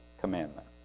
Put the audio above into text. commandment